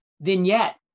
vignette